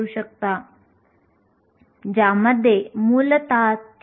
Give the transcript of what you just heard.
तर आंतरिक अर्धवाहक काय आहेत